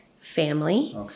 family